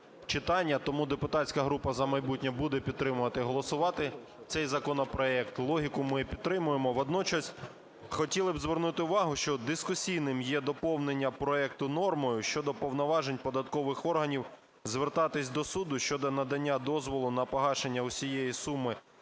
Тому депутатська група "За майбутнє" буде підтримувати голосувати цей законопроект, логіку ми підтримуємо. Водночас хотіли б звернути увагу, що дискусійним є доповнення проекту нормою щодо повноважень податкових органів звертатись до суду щодо надання дозволу на погашення усієї суми